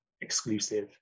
exclusive